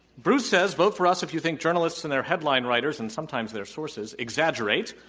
bruce says, vote for us if you think journalists and their headline writers and sometimes their sources exaggerate,